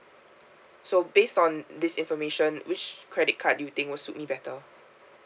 so based on this information which credit card you think will suit me better